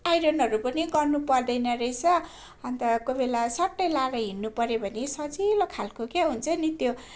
आइरनहरू पनि गर्नुपर्दैन रहेछ अन्त कोही बेला स्वाट्टै लगाएर हिँड्नुपर्यो भने सजिलो खालको के हुन्छ नि त्यो